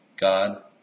God